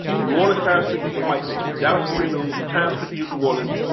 the new orleans times, but these are white papers. dallas morning news, times-picayune new orleans,